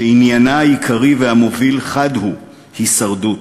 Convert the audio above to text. שעניינו העיקרי והמוביל חד הוא, הישרדות.